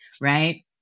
right